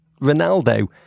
Ronaldo